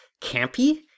campy